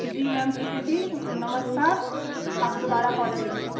जी ma'am ठीक है फिर नमस्कार आप दोबारा कॉल कीजिएगा